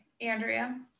Andrea